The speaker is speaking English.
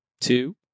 Two